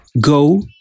go